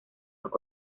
los